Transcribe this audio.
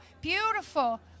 Beautiful